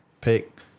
pick